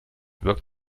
wirkt